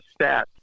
stats